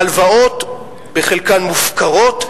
הלוואות בחלקן מופקרות,